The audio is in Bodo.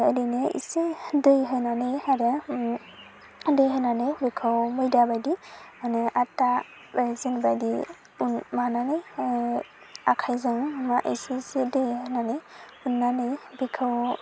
ओरैनो इसे दै होनानै आरो दै होनानै बेखौ मैदा बायदि मानि आथा जों बायदि उननानै आखायजों इसेसो दै होनानै उननानै बेखौ